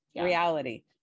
reality